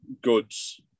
goods